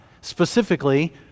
specifically